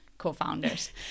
co-founders